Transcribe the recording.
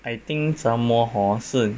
I think 折磨 hor 是